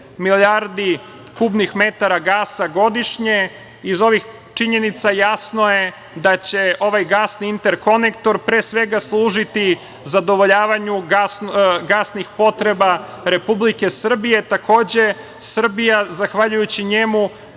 milijardi kubnih metara gasa godišnje. Iz ovih činjenica jasno je da će ovaj gasni interkonektor, pre svega služiti zadovoljavanju gasnih potreba Republike Srbije. Takođe, Srbija zahvaljujući njemu